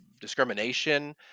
discrimination